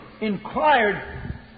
inquired